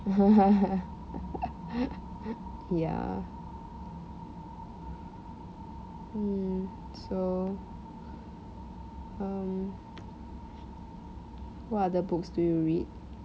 ya mm so um what other books do you read